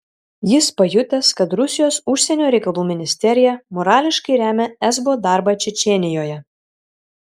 jis pajutęs kad rusijos užsienio reikalų ministerija morališkai remia esbo darbą čečėnijoje